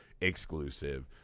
exclusive